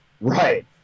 Right